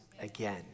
again